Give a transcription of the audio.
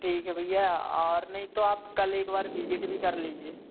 ठीक है भैया और नहीं तो आप कल एक बार विजिट भी कर लीजिए